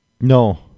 No